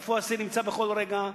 איפה האסיר נמצא בכל רגע,